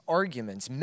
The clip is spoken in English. arguments